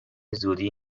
زودی